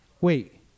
wait